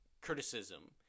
criticism